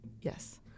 Yes